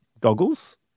goggles